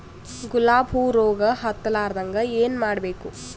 ಗುಲಾಬ್ ಹೂವು ರೋಗ ಹತ್ತಲಾರದಂಗ ಏನು ಮಾಡಬೇಕು?